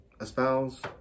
espouse